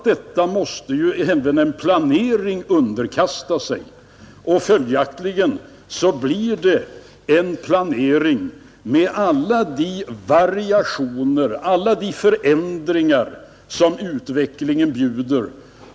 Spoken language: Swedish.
Detta måste ju även en planering underkasta sig, och följaktligen måste det bli en planering med alla de variationer och förändringar som utvecklingen bjuder.